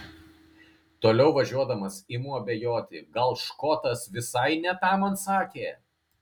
toliau važiuodamas imu abejoti gal škotas visai ne tą man sakė